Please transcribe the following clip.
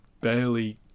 barely